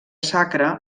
sacra